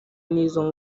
n’izo